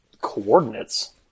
coordinates